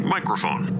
Microphone